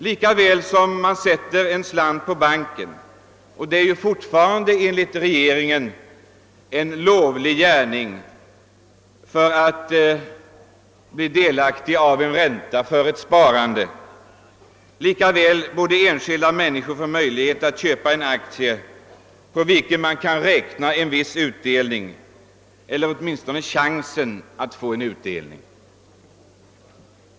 Lika väl som man sätter in en slant på banken — det är ju enligt regeringen fartfarande en vällovlig gärning för att få en sparränta — borde enskilda människor få en möjlighet att köpa en aktie i ett statligt företag och kunna räkna med chansen att få en utdelning.